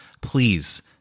please